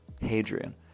hadrian